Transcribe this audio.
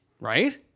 Right